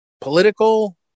political